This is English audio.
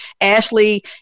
Ashley